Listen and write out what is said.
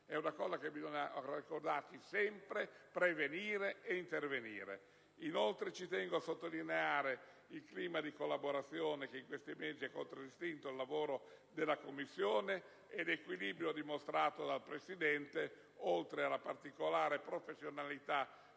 È un tema che bisogna ricordare sempre, per prevenire e intervenire. Tengo inoltre a sottolineare il clima di collaborazione che in questi mesi ha contraddistinto il lavoro della Commissione, l'equilibrio dimostrato dal Presidente, e anche la particolare professionalità